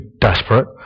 desperate